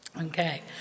okay